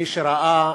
מי שראה